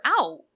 out